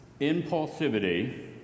impulsivity